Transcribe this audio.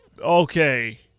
okay –